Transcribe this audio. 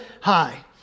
high